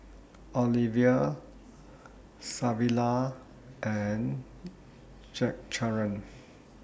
Olivia Savilla and Zachariah